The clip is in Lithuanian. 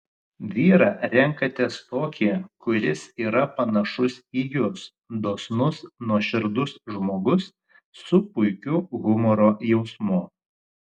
vyrą renkatės tokį kuris yra panašus į jus dosnus nuoširdus žmogus su puikiu humoro jausmu